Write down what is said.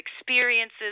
experiences